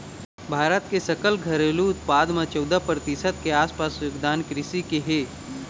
भारत के सकल घरेलू उत्पाद म चउदा परतिसत के आसपास योगदान कृषि के हे